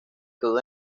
quedó